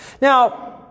Now